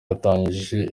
yatangaje